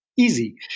easy